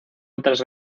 otras